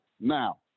Now